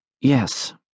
Yes